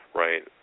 right